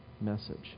message